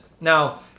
now